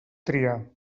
tria